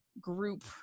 group